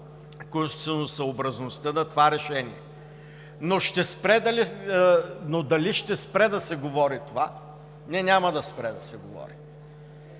конституционносъобразността на това решение. Но дали ще спре да се говори това? Не, няма да спре да се говори.